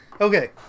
Okay